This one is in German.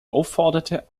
aufforderte